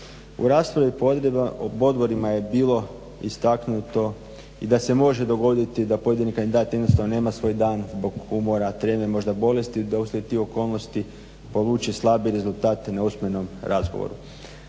U raspravi po odborima je bilo istaknuto da se može dogoditi da pojedini kandidati nema svoj dan zbog umora, treme, možda bolesti da uslijed tih okolnosti povuče slabije rezultate na usmenom razgovoru.